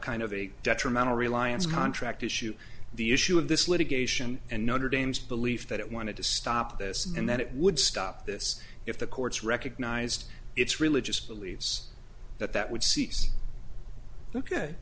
kind of a detrimental reliance contract issue the issue of this litigation and notre dame's belief that it wanted to stop this and that it would stop this if the courts recognized its religious beliefs that that would